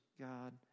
God